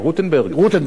רוטנברג, נכון.